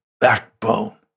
backbone